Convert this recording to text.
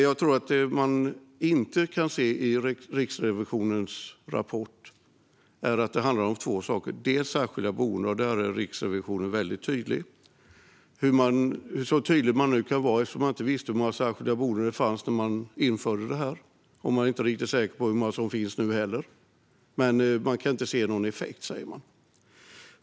Jag tror att det man inte kan se i Riksrevisionens rapport är att det handlar om två saker. Det handlar om särskilda boenden, och där är Riksrevisionen väldigt tydlig, så tydlig man nu kan vara. Man visste nämligen inte hur många särskilda boenden det fanns när detta infördes, och man är inte riktigt säker på hur många som finns nu heller. Men man kan inte se någon effekt, säger man.